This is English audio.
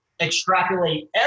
extrapolate